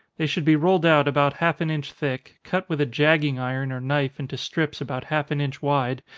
they should be rolled out about half an inch thick, cut with a jagging iron or knife into strips about half an inch wide,